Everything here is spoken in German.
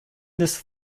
des